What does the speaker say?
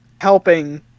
helping